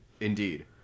indeed